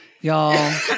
Y'all